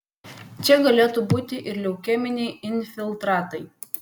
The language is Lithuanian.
čia galėtų būti ir leukeminiai infiltratai